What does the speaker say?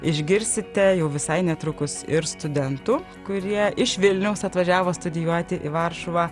išgirsite jau visai netrukus ir studentų kurie iš vilniaus atvažiavo studijuoti į varšuvą